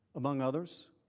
among others.